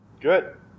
Good